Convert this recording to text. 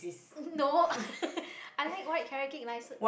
no i like white carrot-cake nicer